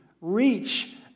reach